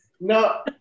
No